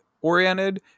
oriented